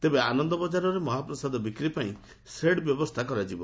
ତେବେ ଆନନ୍ଦ ବଜାରରେ ମହାପ୍ରସାଦ ବିକ୍ରି ପାଇଁ ସେଡ୍ ବ୍ୟବସ୍ରା କରାଯିବ